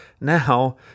now